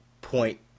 point